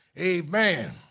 Amen